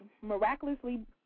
miraculously